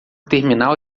terminal